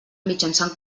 mitjançant